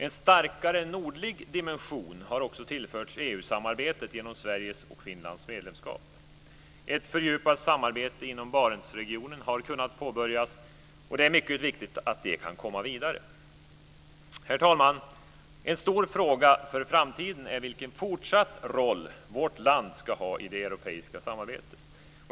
En starkare nordlig dimension har också tillförts EU-samarbetet genom Sveriges och Finlands medlemskap. Ett fördjupat samarbete inom Barentsregionen har kunnat påbörjas, och det är mycket viktigt att det kan komma vidare. Herr talman! En stor fråga för framtiden är vilken fortsatt roll vårt land ska ha i det europeiska samarbetet.